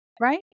right